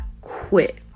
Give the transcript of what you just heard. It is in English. quit